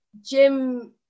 Jim